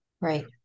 Right